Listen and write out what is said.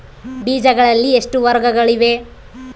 ಬೇಜಗಳಲ್ಲಿ ಎಷ್ಟು ವರ್ಗಗಳಿವೆ?